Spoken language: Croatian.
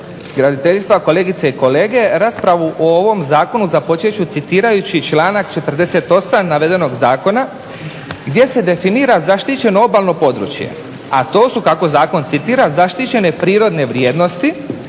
graditeljstva, kolegice i kolege. Raspravu o ovom zakonu započet ću citirajući članak 48. navedenog zakona gdje se definira zaštićeno obalno područje, a to su kako zakon citira zaštićene prirodne vrijednosti